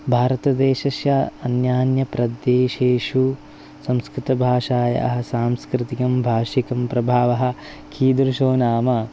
भारतदेशस्य अन्यान्यप्रदेशेषु संस्कृतभाषायाः सांस्कृतिकं भाषिकं प्रभावः कीदृशो नाम